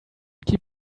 keep